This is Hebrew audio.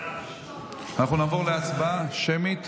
אנחנו נעבור להצבעה שמית.